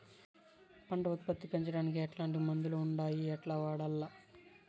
పంట ఉత్పత్తి పెంచడానికి ఎట్లాంటి మందులు ఉండాయి ఎట్లా వాడల్ల?